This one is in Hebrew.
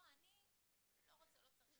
אני לא רוצה,